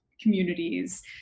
communities